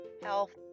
health